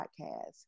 Podcast